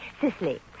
Sicily